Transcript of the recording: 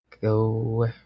go